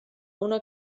una